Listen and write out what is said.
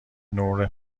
نور